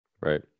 Right